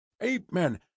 ape-men